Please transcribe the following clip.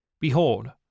Behold